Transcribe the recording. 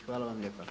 Hvala vam lijepa.